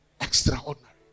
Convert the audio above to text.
Extraordinary